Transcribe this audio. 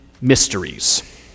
mysteries